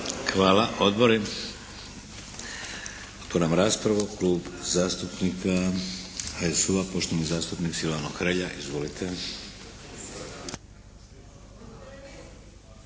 Hvala. Odbori? Otvaram raspravu. Klub zastupnika HSU-a, poštovani zastupnik Silvano Hrelja. Izvolite.